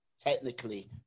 technically